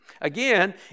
Again